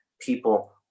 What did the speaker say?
People